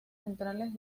centrales